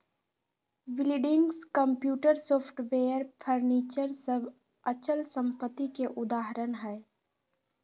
buildings, computer, software, furniture सब अचल संपत्ति के उदाहरण हय